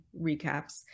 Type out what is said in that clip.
recaps